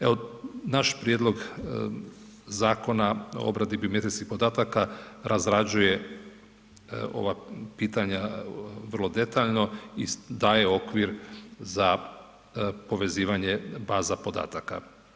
Evo naš Prijedlog Zakona o obradi biometrijskih podataka razrađuje ova pitanja vrlo detaljno i daje okvir za povezivanje baza podataka.